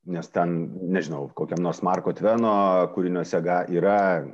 nes ten nežinau kokiam nors marko tveno kūriniuose ga yra